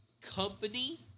company